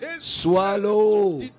swallow